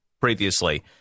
previously